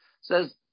says